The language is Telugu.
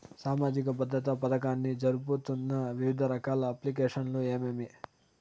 సామాజిక భద్రత పథకాన్ని జరుపుతున్న వివిధ రకాల అప్లికేషన్లు ఏమేమి?